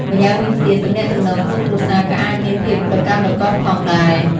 ម្យ៉ាងវិញទៀត ទំនាក់ទំនងក្នុងគ្រួសារក៏អាចមានភាពរកាំរកូសផងដែរ។